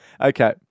Okay